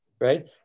right